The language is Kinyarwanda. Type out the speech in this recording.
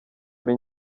ari